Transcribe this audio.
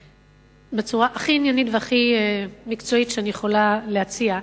בצורה הכי עניינית והכי מקצועית שאני יכולה להציע,